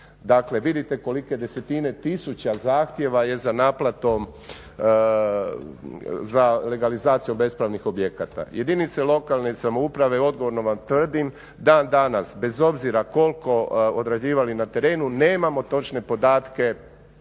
vidite kolike desetine tisuća zahtjeva je za naplatom, za legalizacijom bespravnih objekata jedinice lokalne samouprave. Odgovorno vam tvrdim dan danas bez obzira koliko odrađivali na terenu, nemamo točne podatke